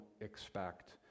expect